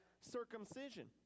circumcision